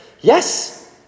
Yes